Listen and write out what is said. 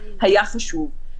היה חשוב.